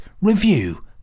review